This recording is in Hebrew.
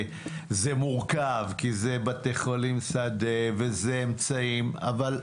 זה מורכב, כי זה בתי חולים שדה וזה אמצעים, אבל,